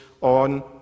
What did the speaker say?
on